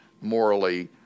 morally